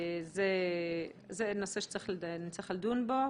זה נושא שנצטרך לדון בו.